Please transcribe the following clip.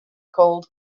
called